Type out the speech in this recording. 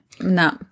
No